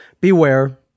Beware